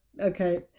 okay